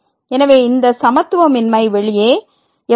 எனவே இந்த சமத்துவமின்மை வெளியே f1 f2fc